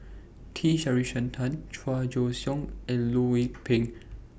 T Sasitharan Chua Joon Siang and Loh Lik Peng